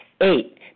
Eight